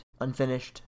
unfinished